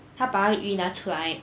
他把他的鱼拿出来